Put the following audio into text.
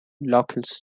locals